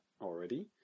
already